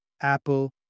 Apple